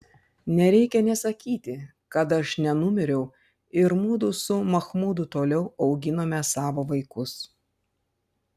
nereikia nė sakyti kad aš nenumiriau ir mudu su machmudu toliau auginome savo vaikus